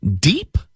deep